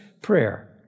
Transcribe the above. prayer